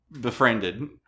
befriended